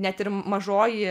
net ir mažoji